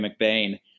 McBain